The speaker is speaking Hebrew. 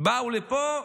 באו לפה,